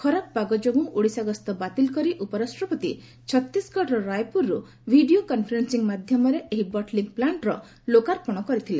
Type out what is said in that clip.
ଖରାପ ପାଗ ଯୋଗୁଁ ଓଡ଼ିଶା ଗସ୍ତ ବାତିଲ କରି ଉପରାଷ୍ଟ୍ରପତି ଛତିଶଗଡ଼ର ରାୟପୁରରୁ ଭିଡ଼ିଓ କନ୍ଫରେନ୍ବିଂ ମାଧ୍ୟମରେ ଏହି ବଟଲିଂ ପ୍ଲାା୍କର ଲୋକାର୍ପଣ କରିଥିଲେ